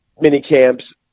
mini-camps